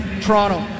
Toronto